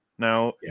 Now